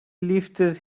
lifted